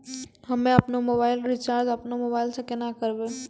हम्मे आपनौ mobile recharge आपनौ मोबाइल से केना करवै?